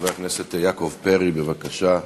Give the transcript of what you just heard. חבר הכנסת יעקב פרי, בבקשה.